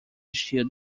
shield